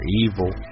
evil